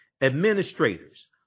administrators